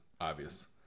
obvious